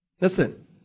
Listen